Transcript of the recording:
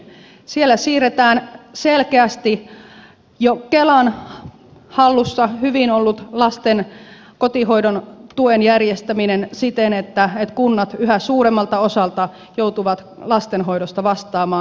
siellä siirretään selkeästi jo kelan hallussa hyvin ollut lasten kotihoidon tuen järjestäminen siten että kunnat yhä suuremmalta osalta joutuvat lastenhoidosta vastaamaan